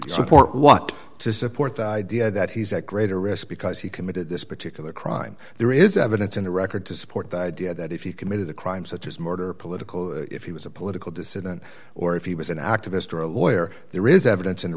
t what to support the idea that he's at greater risk because he committed this particular crime there is evidence in the record to support the idea that if he committed a crime such as murder a political if he was a political dissident or if he was an activist or a lawyer there is evidence